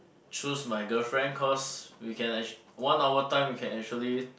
choose my girlfriend cause we can actually one hour time we can actually